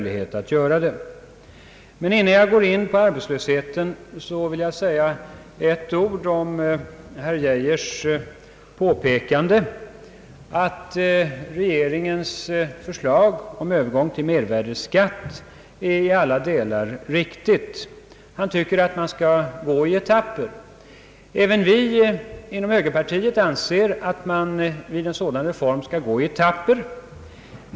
Innan jag går in på frågan om arbetslösheten vill jag säga ett ord om herr Geijers påpekande att regeringens för slag om övergång till mervärdeskatt i alla delar är riktigt. Han tycker att man skall gå i etapper. Även vi inom högerpartiet anser att man vid en sådan reforms genomförande skall gå i etapper.